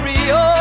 Rio